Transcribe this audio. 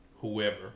whoever